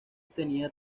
tenía